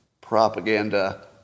propaganda